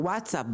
ב-ווטסאפ,